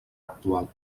actual